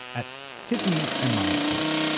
at tiffany and my direction,